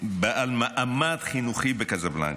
בעל מעמד חינוכי בקזבלנקה.